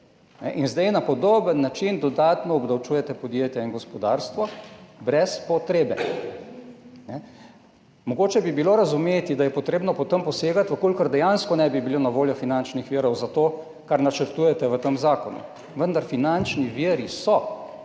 in zdaj na podoben način dodatno obdavčujete podjetja in gospodarstvo, brez potrebe. Mogoče bi bilo razumeti, da je treba posegati po tem, če dejansko ne bi bilo na voljo finančnih virov za to, kar načrtujete v tem zakonu, vendar finančni viri so